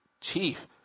chief